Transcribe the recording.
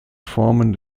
formen